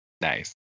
Nice